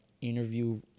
interview